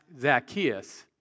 Zacchaeus